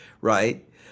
right